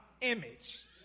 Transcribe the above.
image